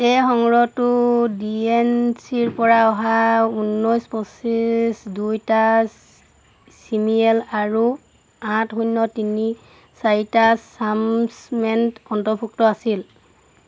এই সংগ্ৰহটোত D N C ৰপৰা অহা ঊনৈছ পঁচিছ দুয়োটা ইমেইল আৰু আঠ শূন্য তিনি চাৰিটা এটাচমেণ্ট অন্তৰ্ভুক্ত আছিল